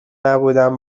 نبودم